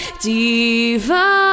divine